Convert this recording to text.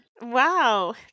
Wow